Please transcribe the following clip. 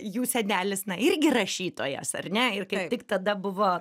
jų senelis na irgi rašytojas ar ne ir tik tada buvo